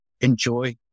enjoy